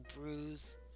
bruise